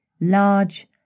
large